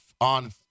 on